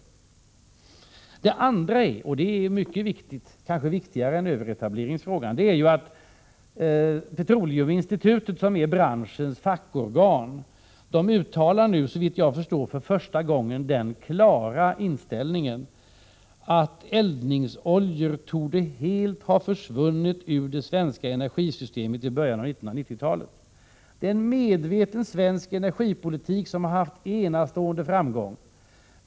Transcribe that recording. Den andra omständigheten är mycket viktig — kanske viktigare än överetableringen —, nämligen att Petroleuminstitutet, som är branschens fackorgan, nu uttalar, såvitt jag förstår för första gången, den klara inställningen att eldningsoljor helt torde ha försvunnit ur det svenska energisystemet i början av 1990-talet. Det beror på en medveten svensk energipolitik som haft enastående framgång.